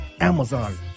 Amazon